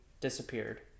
disappeared